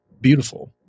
beautiful